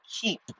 keep